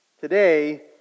Today